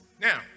Now